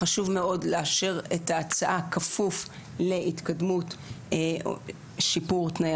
חשוב מאוד לאשר את ההצעה כפוף להתקדמות שיפור תנאי